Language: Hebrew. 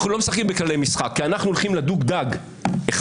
אנחנו לא משחקים בכללי משחק כי אנחנו הולכים לדוג דג אחד.